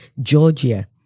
Georgia